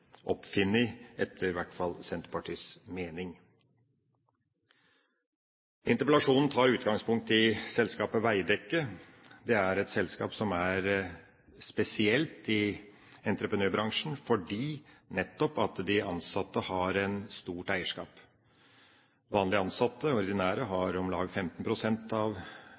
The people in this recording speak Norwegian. ikke etter Senterpartiets mening. Interpellasjonen tar utgangspunkt i selskapet Veidekke. Det er et selskap som er spesielt i entreprenørbransjen nettopp fordi de ansatte har et stort eierskap. Vanlig ansatte har om lag 15 pst. av